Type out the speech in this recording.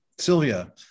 Sylvia